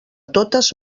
totes